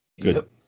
Good